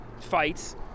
fights